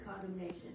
condemnation